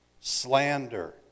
slander